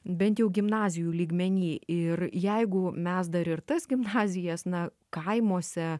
bent jau gimnazijų lygmeny ir jeigu mes dar ir tas gimnazijas na kaimuose